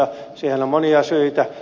siihen on monia syitä